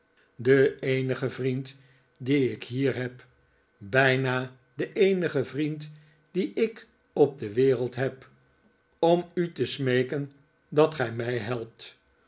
den eenigen vriend dien ik hier heb bijna den eenigen vriend dien ik op de wereld heb om u te smeeken dat gij mij helpt